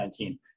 2019